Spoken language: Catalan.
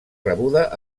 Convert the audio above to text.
rebuda